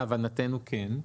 להבנתנו כן.